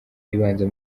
ibanza